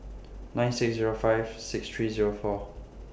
nine six Zero five six three Zero four